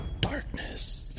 Darkness